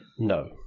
No